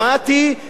מתכוון לחוק.